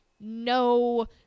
No